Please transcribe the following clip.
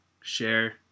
share